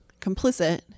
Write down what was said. complicit